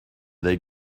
they